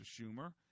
Schumer